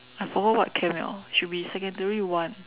I forgot what camp eh should be secondary one